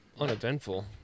uneventful